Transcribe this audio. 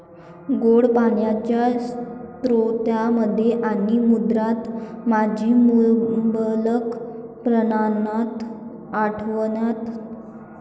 गोड्या पाण्याच्या स्रोतांमध्ये आणि समुद्रात मासे मुबलक प्रमाणात आढळतात